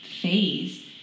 phase